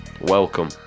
welcome